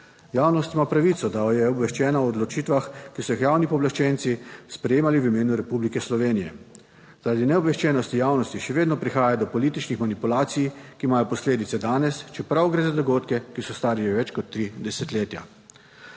Javnost ima pravico, da je obveščena o odločitvah, ki so jih javni pooblaščenci sprejemali v imenu Republike Slovenije. Zaradi neobveščenosti javnosti še vedno prihaja do političnih manipulacij, ki imajo posledice danes, čeprav gre za dogodke, ki so stari že več kot tri desetletja.